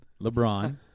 LeBron